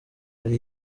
hari